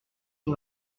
sur